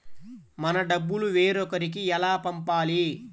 మన డబ్బులు వేరొకరికి ఎలా పంపాలి?